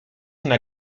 una